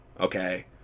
okay